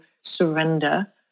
surrender